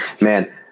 man